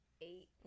eight